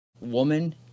woman